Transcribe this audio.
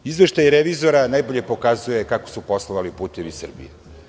Izveštaj revizora najbolje pokazuje kako su poslovali "Putevi Srbije"